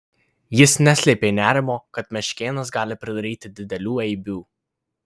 jis neslėpė nerimo kad meškėnas gali pridaryti didelių eibių